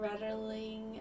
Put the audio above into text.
rattling